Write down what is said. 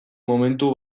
momentu